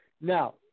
Now